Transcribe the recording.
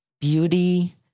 beauty